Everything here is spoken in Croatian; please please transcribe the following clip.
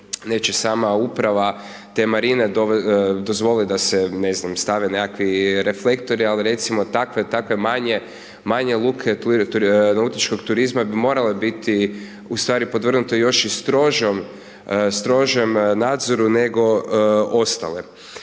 neće sama uprava te marine dozvoliti da se, ne znam, stave nekakvi reflektori, ali recimo takve, takve manje luke, tu nautičkog turizma bi morale biti ustvari podvrgnute još i strožem nadzoru nego ostale